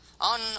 On